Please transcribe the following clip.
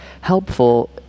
helpful